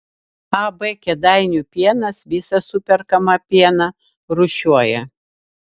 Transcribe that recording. ab kėdainių pienas visą superkamą pieną rūšiuoja